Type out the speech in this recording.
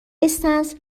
استنس